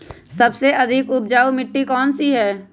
सबसे अधिक उपजाऊ मिट्टी कौन सी हैं?